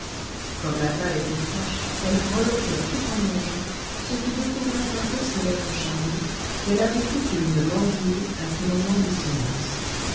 comme la salle était fraîche elle grelottait tout en mangeant ce qui découvrait un peu ses lèvres charnues qu'elle avait coutume de mordillonner à ses moments de silence